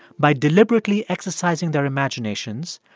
by deliberately exercising their imaginations,